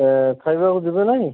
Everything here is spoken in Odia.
ଖାଇବାକୁ ଯିବେ ନାହିଁ